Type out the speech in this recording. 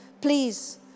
please